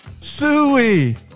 Suey